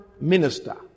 minister